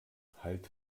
halt